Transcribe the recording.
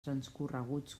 transcorreguts